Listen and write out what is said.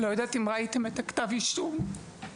אני לא יודעת אם ראיתם את כתב האישום שיצא